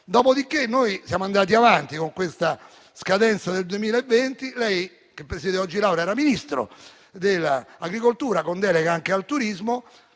Dopodiché, siamo andati avanti con la scadenza del 2020; lei, che presiede oggi l'Assemblea, era Ministro dell'agricoltura con delega anche al turismo;